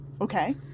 Okay